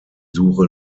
suche